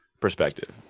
perspective